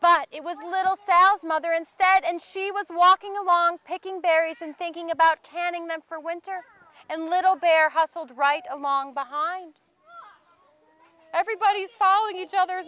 but it was a little cells mother instead and she was walking along picking berries and thinking about canning them for winter and little bear household right along behind everybody's following each other